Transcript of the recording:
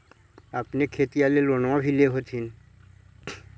अपने खेतिया ले लोनमा भी ले होत्थिन?